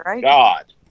God